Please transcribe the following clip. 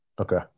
Okay